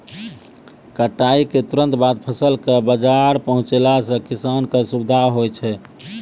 कटाई क तुरंत बाद फसल कॅ बाजार पहुंचैला सें किसान कॅ सुविधा होय छै